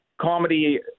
comedy